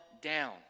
down